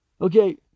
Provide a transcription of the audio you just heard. Okay